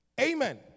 Amen